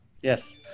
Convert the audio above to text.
yes